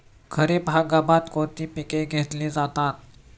खरीप हंगामात कोणती पिके घेतली जातात?